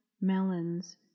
melons